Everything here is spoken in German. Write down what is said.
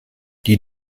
die